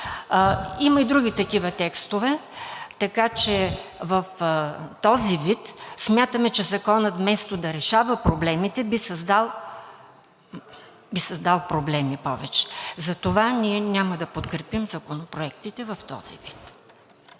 Има и други такива текстове, така че в този вид смятаме, че Законът, вместо да решава проблемите, би създал повече проблеми. Затова ние няма да подкрепим законопроектите в този вид.